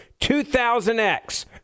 2000X